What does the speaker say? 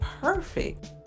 perfect